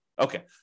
Okay